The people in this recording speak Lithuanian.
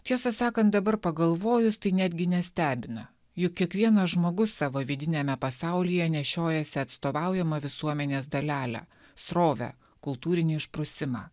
tiesą sakant dabar pagalvojus tai netgi nestebina juk kiekvienas žmogus savo vidiniame pasaulyje nešiojasi atstovaujamą visuomenės dalelę srovę kultūrinį išprusimą